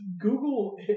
Google